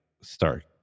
start